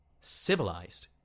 Civilized